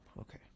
Okay